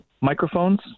microphones